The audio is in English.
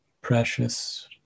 precious